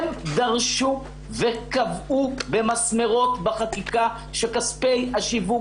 הם דרשו וקבעו במסמרות בחקיקה שכספי השיווק